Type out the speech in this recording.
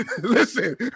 listen